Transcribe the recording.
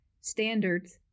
standards